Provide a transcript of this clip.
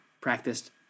practiced